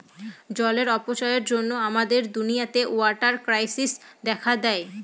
জলের অপচয়ের জন্য আমাদের দুনিয়াতে ওয়াটার ক্রাইসিস দেখা দেয়